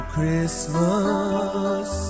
Christmas